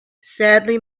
sadly